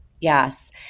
Yes